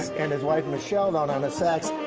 and his wife michelle's on on the sax.